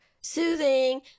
soothing